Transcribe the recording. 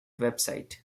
website